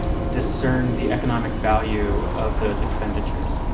discern the economic value of those expenditures.